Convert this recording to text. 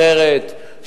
אחרת,